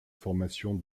formation